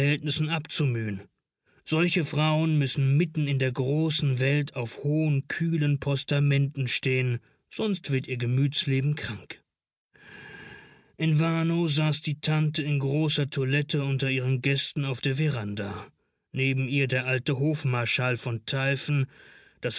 abzumühen solche frauen müssen mitten in der großen welt auf hohen kühlen postamenten stehen sonst wird ihr gemütsleben krank in warnow saß die tante in großer toilette unter ihren gästen auf der veranda neben ihr der alte hofmarschall von telfen das